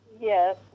Yes